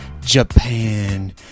Japan